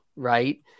right